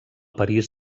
parís